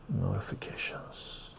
notifications